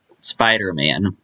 Spider-Man